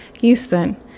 Houston